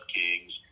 kings